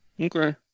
okay